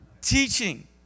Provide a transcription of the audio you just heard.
teaching